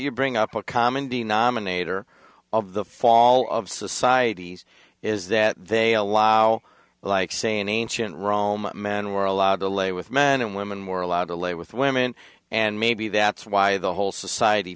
you bring up a common denominator of the fall of societies is that they allow like saying ancient rome men were allowed to lay with men and women were allowed to lay with women and maybe that's why the whole society